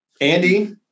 Andy